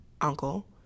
uncle